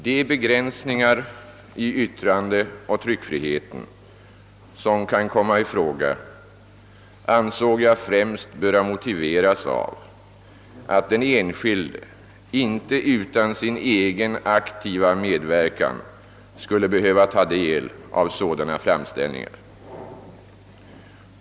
De be gränsningar i yttrandeoch tryckfriheten som kan komma i fråga ansåg jag främst böra motiveras av att den enskilde inte utan sin egen aktiva medverkan skulle behöva ta del av sådana framställningar.